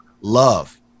love